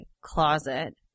closet